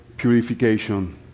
purification